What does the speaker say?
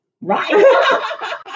right